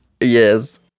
Yes